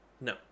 No